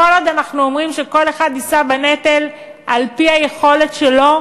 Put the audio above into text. כל עוד אנחנו אומרים שכל אחד יישא בנטל על-פי היכולת שלו,